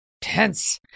tense